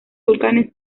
volcanes